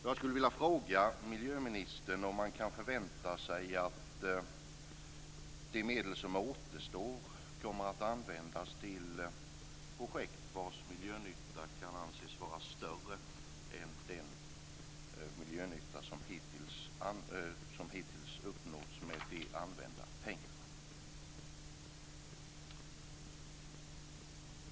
Jag skulle vilja fråga miljöministern om man kan förvänta sig att de medel som återstår kommer att användas till projekt vars miljönytta kan anses vara större än den miljönytta som hittills uppnåtts med de använda pengarna.